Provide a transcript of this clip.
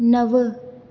नव